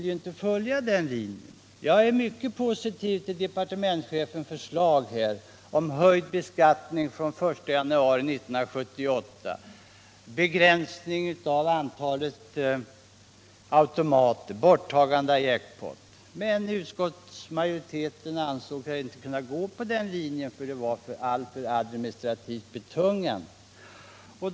Jag är mycket positiv till departementschefens förslag om höjd beskattning från den 1 januari 1978, begränsning av antalet automater och borttagande av jackpot. Men utskottsmajoriteten ansåg sig inte kunna gå på den linjen därför att det var alltför administrativt betungande.